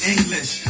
English